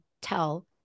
tell